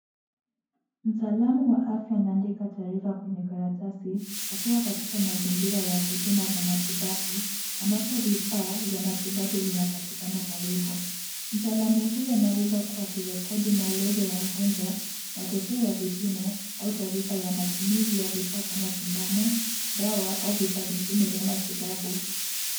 Mtaalamu wa afya anaandika taarifa kwenye karatasi akiwa katika mazingira ya huduma za matibabu ambapo vifaa vya matibabu vinapatikana karibu. Mtaalamu huyu anaweza kuwa akirekodi maelezo ya mgonjwa, matokea ya vipimo au taarifa ya matumizi ya vifaa kama vile sindano, dawa au vifaa vingine vya matibabu.